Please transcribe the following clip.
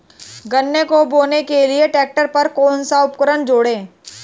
गन्ने को बोने के लिये ट्रैक्टर पर कौन सा उपकरण जोड़ें?